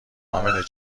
امنه